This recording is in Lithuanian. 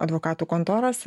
advokatų kontoros